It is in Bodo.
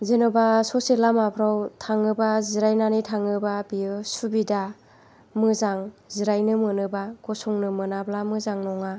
जेनेबा ससे लामाफ्राव थाङोबा जिरायनानै थाङोबा बेयो सुबिदा मोजां जिरायनो मोनोबा गसंनो मोनाब्ला मोजां नङा